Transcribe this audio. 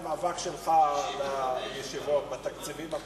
את המאבק שלך בתקציבים הקודמים.